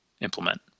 implement